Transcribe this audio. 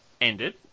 ended